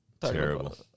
Terrible